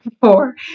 Four